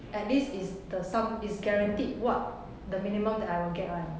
at least is the sum is guaranteed what the minimum that I will get [one]